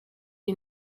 iyi